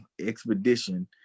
expedition